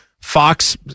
Fox